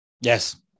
Yes